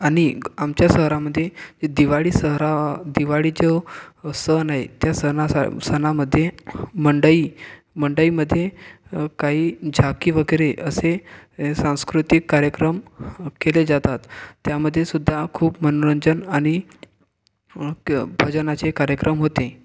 आणि आमच्या शहरामध्ये दिवाळी शहरा दिवाळी जो सण आहे त्या सणा सणामध्ये मंडई मंडईमध्ये काही झाकी वगैरे असे सांस्कृतिक कार्यक्रम केले जातात त्यामध्ये सुद्धा खूप मनोरंजन आणि भजनाचे कार्यक्रम होते